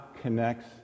connects